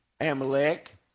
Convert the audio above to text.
Amalek